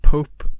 Pope